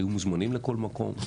היו מוזמנים לכל מקום.